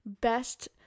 best